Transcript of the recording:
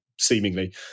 seemingly